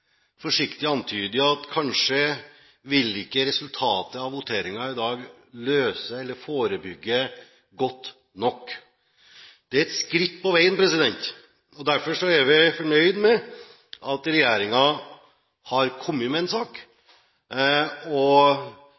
forsiktig antyde at resultatet av voteringen i dag kanskje ikke vil løse dette – eller forebygge – godt nok. Det er et skritt på veien, og derfor er vi fornøyd med at regjeringen har kommet med en sak.